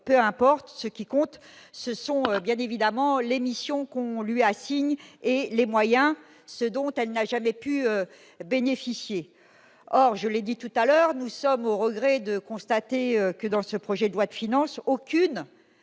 peu importe ce qui compte, ce sont bien évidemment les missions qu'on lui assigne et les moyens, ce dont elle n'a jamais pu bénéficier, or je l'ai dit tout à l'heure, nous sommes au regret de constater que dans ce projet de loi de finances, aucune